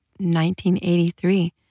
1983